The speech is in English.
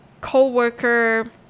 co-worker